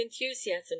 enthusiasm